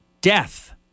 death